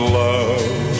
love